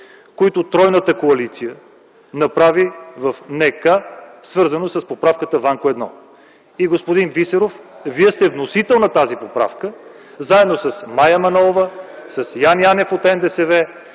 които тройната коалиция направи в НК, свързано с поправката „Ванко 1”. Господин Бисеров, Вие сте вносител на тази поправка, заедно с Мая Манолова, с Яне Янев от НДСВ.